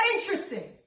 interesting